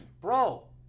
bro